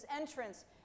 entrance